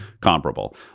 comparable